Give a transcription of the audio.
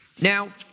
Now